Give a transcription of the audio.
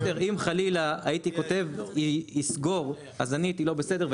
אם חלילה הייתי כותב יסגור אז אני הייתי לא בסדר,